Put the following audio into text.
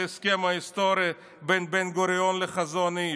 להסכם ההיסטורי בין בן גוריון לבין חזון איש: